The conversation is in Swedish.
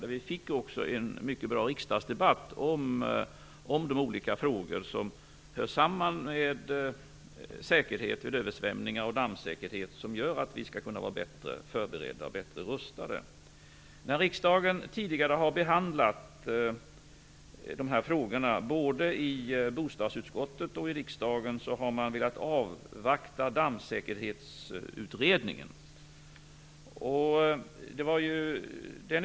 Det blev också en mycket bra riksdagsdebatt om de olika frågor som hör samman med säkerhet vid översvämningar och dammsäkerhet för att vi skall kunna vara bättre förberedda och rustade. När riksdagen tidigare har behandlat dessa frågor, både i bostadsutskottet och i riksdagen, har man velat avvakta Dammsäkerhetsutredningen.